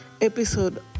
episode